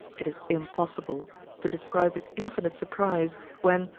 it is impossible to describe his infinite surprise when,